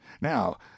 now